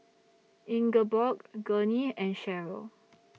Ingeborg Gurney and Cheryll